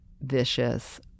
vicious